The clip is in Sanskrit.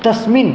तस्मिन्